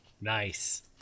Nice